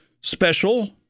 special